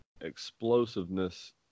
explosiveness